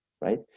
right